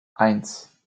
eins